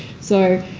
so